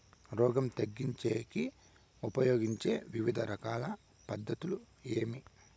రోగం తగ్గించేకి ఉపయోగించే వివిధ రకాల పద్ధతులు ఏమి?